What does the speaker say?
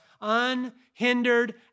unhindered